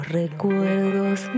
recuerdos